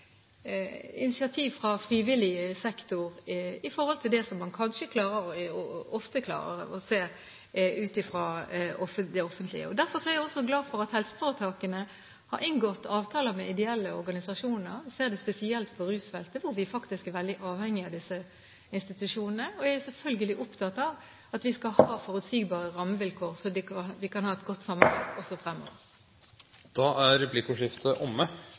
initiativ fra frivillig sektor i forhold til det man ofte klarer å se i det offentlige. Derfor er jeg også glad for at helseforetakene har inngått avtaler med ideelle organisasjoner. Vi ser det spesielt på rusfeltet, hvor vi faktisk er veldig avhengig av disse institusjonene. Jeg er selvfølgelig opptatt av at vi skal ha forutsigbare rammevilkår, slik at vi kan ha et godt samarbeid også fremover. Da er replikkordskiftet omme.